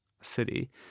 city